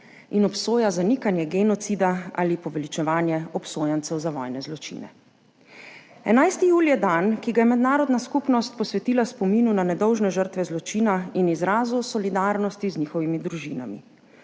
in obsoja zanikanje genocida ali poveličevanje obsojencev za vojne zločine. 11. julij je dan, ki ga je mednarodna skupnost posvetila spominu na nedolžne žrtve zločina in izrazu solidarnosti z njihovimi družinami.